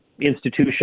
institution